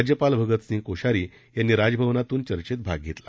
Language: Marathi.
राज्यपाल भगतसिंह कोश्यारी यांनी राजभवनातून चर्चेत भाग घेतला